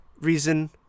reason